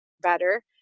better